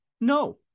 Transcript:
no